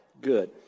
Good